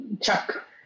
chuck